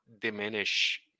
diminish